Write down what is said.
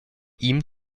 ihm